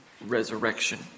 resurrection